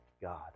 God